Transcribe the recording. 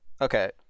okay